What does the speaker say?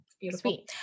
Beautiful